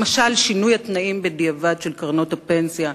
למשל שינוי בדיעבד של התנאים בקרנות הפנסיה,